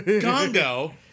Congo